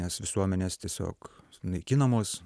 nes visuomenės tiesiog naikinamos